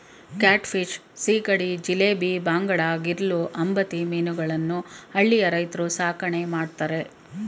cat fish, ಸೀಗಡಿ, ಜಿಲೇಬಿ, ಬಾಂಗಡಾ, ಗಿರ್ಲೂ, ಅಂಬತಿ ಮೀನುಗಳನ್ನು ಹಳ್ಳಿಯ ರೈತ್ರು ಸಾಕಣೆ ಮಾಡ್ತರೆ